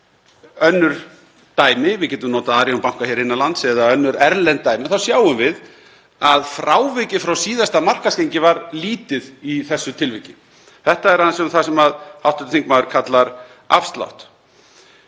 við önnur dæmi, við getum notað Arion banka hér innan lands eða önnur erlend dæmi, þá sjáum við að frávikið frá síðasta markaðsgengi var lítið í þessu tilviki. Þetta er aðeins um það sem hv. þingmaður kallar afslátt.